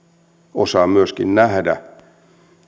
osaa myöskin nähdä